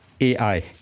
AI